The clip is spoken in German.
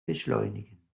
beschleunigen